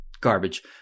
Garbage